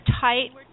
tight